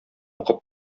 укып